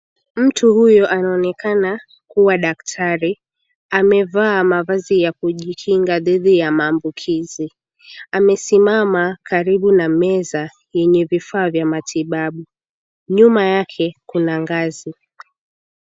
Mtu huyu anaonekana kuwa daktari. Amevaa mavazi ya kujikinga dhidi ya maambukizi. Amesimama karibu na meza yenye vifaa vya matibabu. Nyuma yake, kuna ngazi.